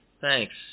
Thanks